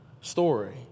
story